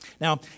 Now